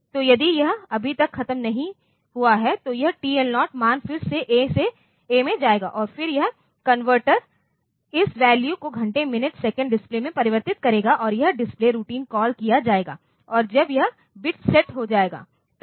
तो यदि यह अभी तक खत्म नहीं हुआ है तो यह TL0 मान फिर से A में जाएगा और फिर यह कन्वर्टर इस वैल्यू को घंटे मिनट सेकंड डिस्प्ले में परिवर्तित करेगा और यह डिस्प्ले रूटीन कॉल किया जायेगा और जब यह बिट सेट हो जाएगा तब